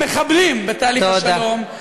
המחבלים בתהליך השלום,